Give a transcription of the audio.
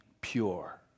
pure